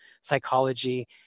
Psychology